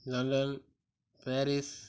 London Paris